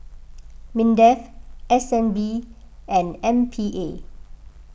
Mindef S N B and M P A